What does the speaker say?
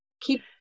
Keep